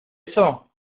eso